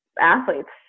athletes